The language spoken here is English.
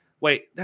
wait